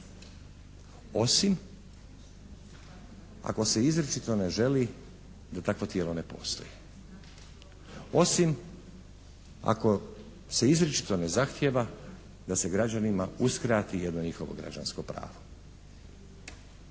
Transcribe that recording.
Osim ako se izričito ne želi da takvo tijelo ne postoji, osim ako se izričito ne zahtijeva da se građanima uskrati jedno njihovo građansko pravo.